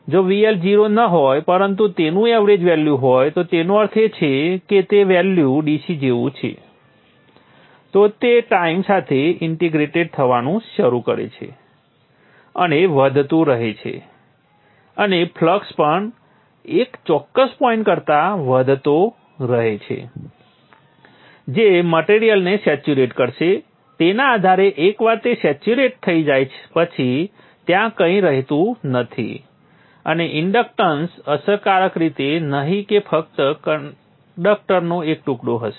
જો VL 0 ન હોય પરંતુ તેનું એવરેજ વેલ્યુ હોય તો તેનો અર્થ એ છે કે તે વેલ્યુ DC જેવું છે તો તે ટાઈમ સાથે ઇંટીગ્રેટ થવાનું શરૂ કરે છે અને વધતું જ રહે છે અને ફ્લક્સ પણ એક ચોક્કસ પોઈન્ટ કરતા વધતો રહે છે જે મટેરિયલને સેચ્યુરેટ કરશે તેના આધારે એકવાર તે સેચ્યુરેટ થઈ જાય પછી ત્યાં કંઈ રહેતું નથી અને ઇન્ડક્ટન્સ અસરકારક રહેશે નહીં તે ફક્ત કંડક્ટરનો એક ટુકડો હશે